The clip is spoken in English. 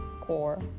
core